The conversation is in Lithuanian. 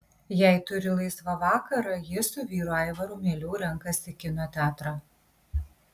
jei turi laisvą vakarą ji su vyru aivaru mieliau renkasi kino teatrą